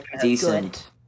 Decent